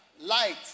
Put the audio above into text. light